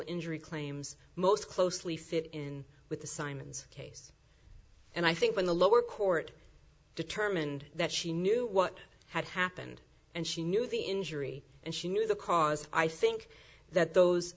injury claims most closely fit in with the simons case and i think when the lower court determined that she knew what had happened and she knew the injury and she knew the cause i think that those